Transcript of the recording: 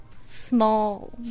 small